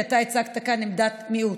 כי אתה הצגת כאן עמדת מיעוט,